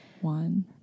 one